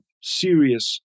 serious